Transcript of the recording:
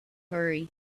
hurry